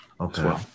Okay